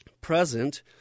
present